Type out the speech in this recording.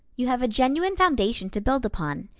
you have a genuine foundation to build upon.